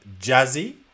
Jazzy